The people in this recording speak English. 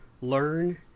learn